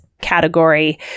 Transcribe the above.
category